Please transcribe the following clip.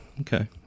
Okay